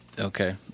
Okay